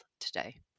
today